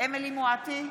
אמילי חיה מואטי,